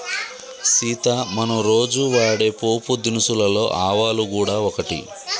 సీత మనం రోజు వాడే పోపు దినుసులలో ఆవాలు గూడ ఒకటి